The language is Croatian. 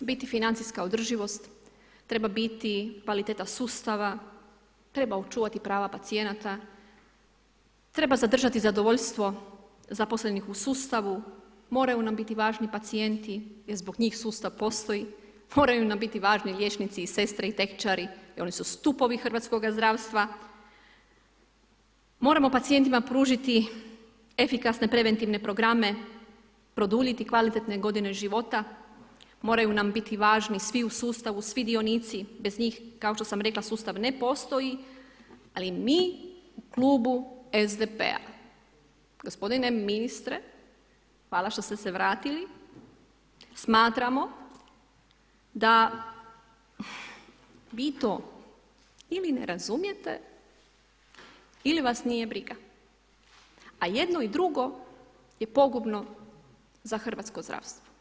Treba biti financijska održivost, treba biti kvaliteta sustava, treba očuvati prava pacijenata, treba zadržati zadovoljstvo zaposlenih u sustavu, moraju nam biti važni pacijenti jer zbog sustav postoji, moraju nam biti važni liječnici i sestre i tehničari jer oni su stupovi hrvatskoga zdravstva, moramo pacijentima pružiti efikasne preventivne programe, produljiti kvalitetne godine života, moraju nam biti važni svi u sustavu, svi dionici, bez njih kao što sam rekla sustav ne postoji, ali mi u klubu SDP-a, gospodine ministre hvala što ste se vratili, smatramo da vi to ili ne razumijete ili vas nije briga, a jedno i drugo je pogubno za hrvatsko zdravstvo.